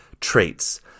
traits